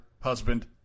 husband